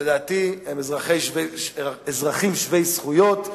שלדעתי הם אזרחים שווי זכויות,